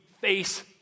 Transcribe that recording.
face